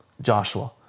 Joshua